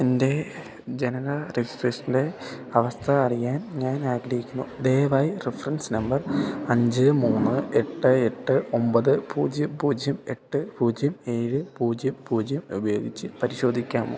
എൻ്റെ ജനന രജിസ്ട്രേഷൻ്റെ അവസ്ഥ അറിയാൻ ഞാൻ ആഗ്രഹിക്കുന്നു ദയവായി റഫറൻസ് നമ്പർ അഞ്ച് മൂന്ന് എട്ട് എട്ട് ഒമ്പത് പൂജ്യം പൂജ്യം എട്ട് പൂജ്യം ഏഴ് പൂജ്യം പൂജ്യം ഉപയോഗിച്ച് പരിശോധിക്കാമോ